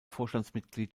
vorstandsmitglied